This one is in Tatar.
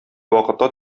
вакытта